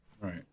Right